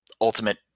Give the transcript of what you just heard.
ultimate